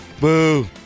Boo